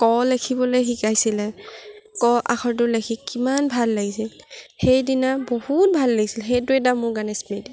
ক লেখিবলৈ শিকাইছিলে ক আখৰটো লেখি কিমান ভাল লাগিছিল সেইদিনা বহুত ভাল লাগিছিল সেইটো এটা মোৰ কাৰণে স্মৃতি